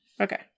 okay